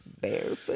Barefoot